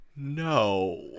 no